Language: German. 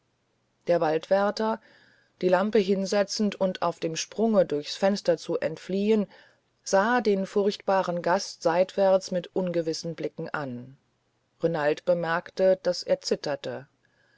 der waldwärter die lampe hinsetzend und auf dem sprunge durchs fenster zu entfliehen sah den furchtbaren gast seitwärts mit ungewissen blicken an renald bemerkte daß er zitterte